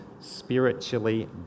spiritually